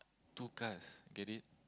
two cars get it